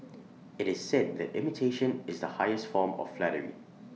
IT is said that imitation is the highest form of flattery